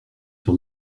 sur